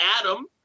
Adam